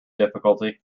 difficulty